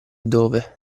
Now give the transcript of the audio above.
dove